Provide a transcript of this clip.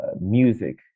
music